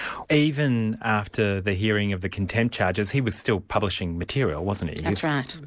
even after the hearing of the contempt charges, he was still publishing material, wasn't he? that's right.